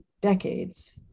decades